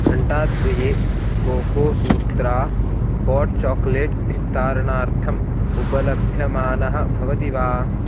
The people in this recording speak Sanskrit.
घण्टाद्वये कोकोसूत्रा हाट् चाक्लेट् विस्तारणार्थम् उपलभ्यमानः भवति वा